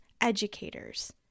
educators